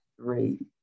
three